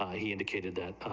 he indicated that,